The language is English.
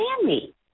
family